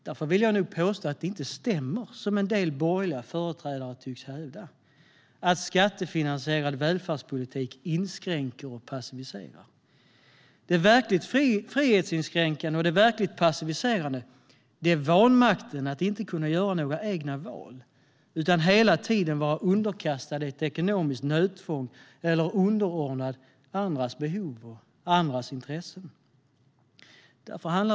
Därför vill jag nog påstå att det inte stämmer, som en del borgerliga företrädare tycks hävda, att skattefinansierad välfärdspolitik inskränker och passiviserar. Det verkligt frihetsinskränkande och det verkligt passiviserande är vanmakten i att inte kunna göra några egna val utan hela tiden vara underkastad ett ekonomiskt nödtvång eller underordnad andras behov och andras intressen.